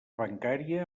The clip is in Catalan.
bancària